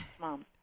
mom